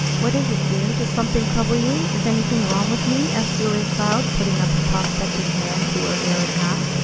what is it, dear? does something trouble you? is anything wrong with me? asked julia cloud, putting up a prospecting hand to her hair and hat.